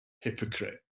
hypocrite